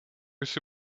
jsi